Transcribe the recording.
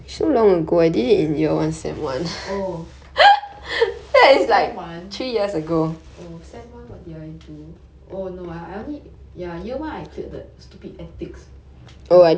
okay oh sem one oh sem one what did I do oh no I only